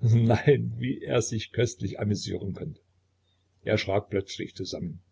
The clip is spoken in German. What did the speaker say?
nein wie er sich köstlich amüsieren konnte er schrak plötzlich zusammen